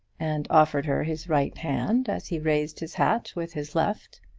and offered her his right hand as he raised his hat with his left.